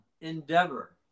endeavor